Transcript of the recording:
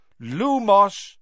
Lumos